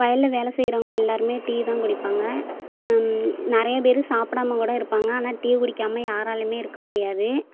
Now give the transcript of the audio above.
வயலில் வேலை செய்கிறவங்க எல்லோருமே டீ தான் குடிப்பாங்க நிறையா பேர் சாப்பிடாம கூட இருப்பாங்க ஆனால் டீ குடிக்காமல் யாராலேயுமே இருக்க முடியாது